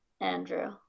andrew